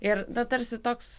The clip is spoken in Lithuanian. ir na tarsi toks